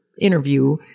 interview